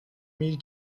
mille